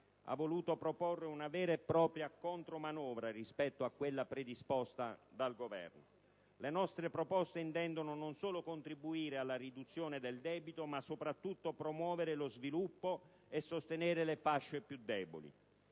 ha voluto proporre una vera e propria contromanovra rispetto a quella predisposta dal Governo. Le nostre proposte intendono non solo contribuire alla riduzione del debito ma soprattutto promuovere lo sviluppo e sostenere le fasce più deboli.